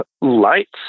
Lights